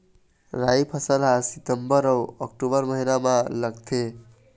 राई फसल हा सितंबर अऊ अक्टूबर महीना मा लगथे